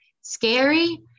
scary